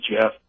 Jeff